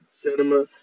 cinema